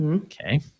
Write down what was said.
Okay